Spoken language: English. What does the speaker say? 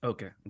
Okay